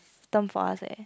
term for us eh